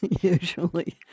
usually